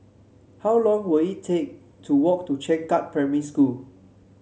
how long will it take to walk to Changkat Primary School